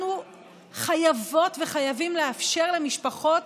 אנחנו חייבות וחייבים לאפשר למשפחות